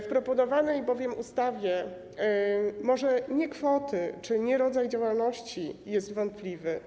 W proponowanej bowiem ustawie może nie kwoty czy nie rodzaj działalności są wątpliwe.